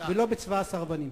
ולא בצבא הסרבנים.